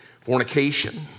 fornication